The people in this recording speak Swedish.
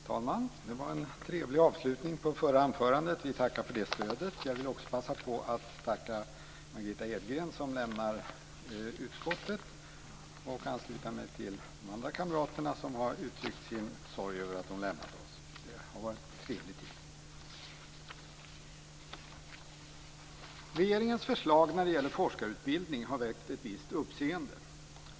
Herr talman! Det var en trevlig avslutning på det förra anförandet. Vi tackar för det stödet. Jag vill också passa på att tacka Margitta Edgren som lämnar utskottet och ansluta mig till de andra kamraterna som har uttryckt sin sorg över att hon lämnar oss. Det har varit en trevlig tid. Regeringens förslag när det gäller forskarutbildning har väckt ett visst uppseende.